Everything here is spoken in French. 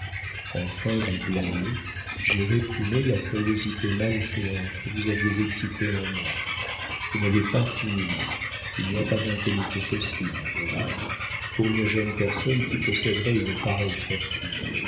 enfin j'ai blâmé j'ai réprimé la curiosité malséante que vous aviez excitée en moi vous n'avez pas six millions il n'y a pas d'incognito possible au havre pour une jeune personne qui posséderait une pareille fortune